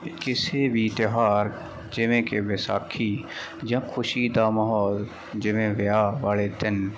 ਕਿਸੇ ਵੀ ਤਿਉਹਾਰ ਜਿਵੇਂ ਕਿ ਵਿਸਾਖੀ ਜਾਂ ਖੁਸ਼ੀ ਦਾ ਮਾਹੌਲ ਜਿਵੇਂ ਵਿਆਹ ਵਾਲੇ ਦਿਨ